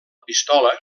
pistola